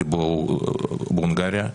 בהונגריה,